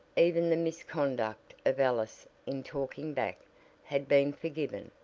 even the misconduct of alice in talking back had been forgiven,